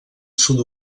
sud